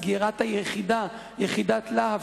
סגירת יחידת "להב",